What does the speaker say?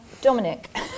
Dominic